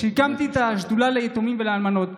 כשהקמתי את השדולה ליתומים ולאלמנות,